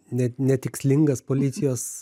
net netikslingas policijos